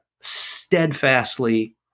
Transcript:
steadfastly